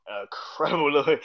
incredible